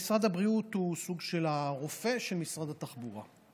משרד הבריאות הוא סוג של הרופא של משרד התחבורה.